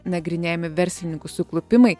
nagrinėjami verslininkų suklupimai